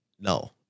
No